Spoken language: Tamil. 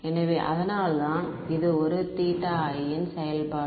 எனவே அதனால்தான் இது ஒரு i ன் செயல்பாடு